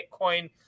Bitcoin